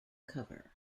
cover